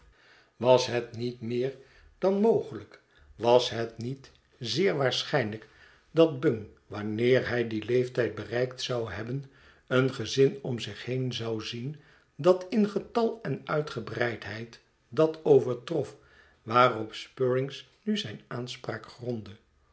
was het niet meer dan mogelijk was het niet zeer waarschijnlijk dat bung wanneer hij dien leeftijd bereikt zou hebben een gezin om zich heen zou zien dat in getal en uitgebreidheid dat overtrof waarop spruggins nu zijn aanspraak grondde